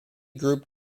group